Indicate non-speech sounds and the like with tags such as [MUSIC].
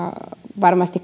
varmasti [UNINTELLIGIBLE]